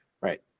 Right